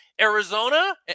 Arizona